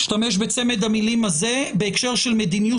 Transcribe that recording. להשתמש בצמד המלים הזה בהקשר של מדיניות